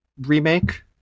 remake